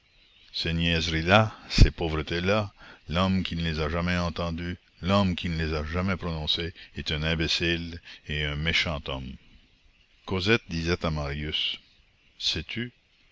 ces niaiseries là ces pauvretés là l'homme qui ne les a jamais entendues l'homme qui ne les a jamais prononcées est un imbécile et un méchant homme cosette disait à marius